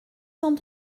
cent